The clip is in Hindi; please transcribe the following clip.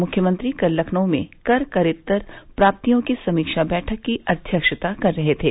मुख्यमंत्री कल लखनऊ में कर करेत्तर प्राप्तियों की समीक्षा बैठक की अध्यक्षता कर रहे थे